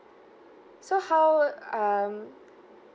so how um